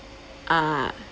ah